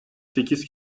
sekiz